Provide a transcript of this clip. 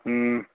ꯎꯝ